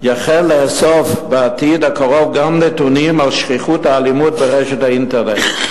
יחלו לאסוף בעתיד הקרוב גם נתונים על שכיחות האלימות ברשת האינטרנט.